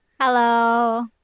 Hello